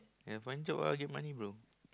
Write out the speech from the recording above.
yeah find job ah get money bro